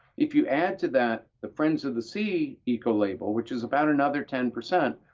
if you add to that the friends of the sea ecolabel, which is about another ten percent,